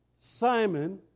Simon